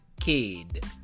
kid